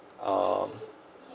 um